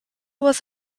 was